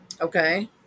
Okay